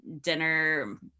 dinner